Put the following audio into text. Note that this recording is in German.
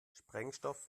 sprengstoff